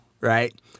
right